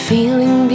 Feeling